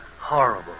horrible